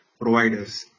providers